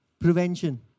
prevention